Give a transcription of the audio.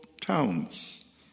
towns